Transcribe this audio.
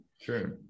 Sure